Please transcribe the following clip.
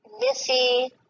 Missy